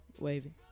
Wavy